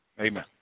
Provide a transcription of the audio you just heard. Amen